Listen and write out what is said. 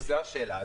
זו השאלה.